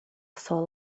soul